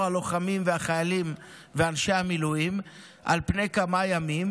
הלוחמים והחיילים ואנשי המילואים על פני כמה ימים,